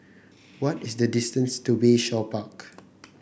what is the distance to Bayshore Park